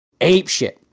apeshit